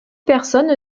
personnes